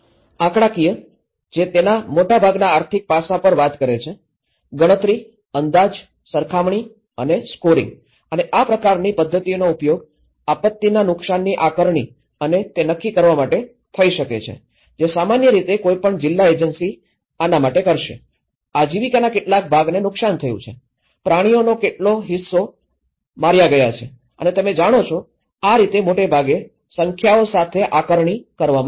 આંકડાકીય જે તેના મોટાભાગના આર્થિક પાસા પર વાત કરે છે ગણતરી અંદાજ સરખામણી અને સ્કોરિંગ અને આ પ્રકારની પદ્ધતિઓનો ઉપયોગ આપત્તિના નુકસાનની આકારણી અને તે નક્કી કરવા માટે થઈ શકે છે કે જે સામાન્ય રીતે કોઈ પણ જિલ્લા એજન્સી આના માટે કરશે આજીવિકાના કેટલા ભાગને નુકસાન થયું છે પ્રાણીઓનો કેટલો હિસ્સો માર્યા ગયા છે તમે જાણો છો આ રીતે મોટે ભાગે સંખ્યાઓ સાથે આકારણી કરવામાં આવે છે